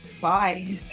Bye